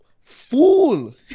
fool